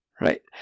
Right